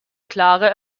klare